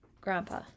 grandpa